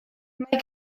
mae